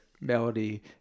melody